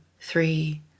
three